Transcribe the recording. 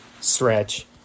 stretch